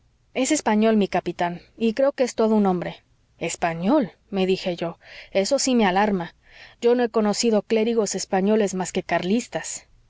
es español mi capitán y creo que es todo un hombre español me dije yo eso sí me alarma yo no he conocido clérigos españoles más que carlistas